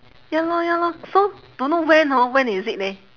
ya lor ya lor so don't know when hor when is it leh